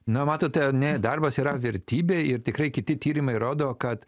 na matote ne darbas yra vertybė ir tikrai kiti tyrimai rodo kad